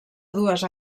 dues